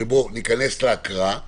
שבו ניכנס להקראה.